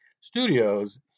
studios